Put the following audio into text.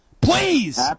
please